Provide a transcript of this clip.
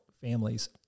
families